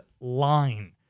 line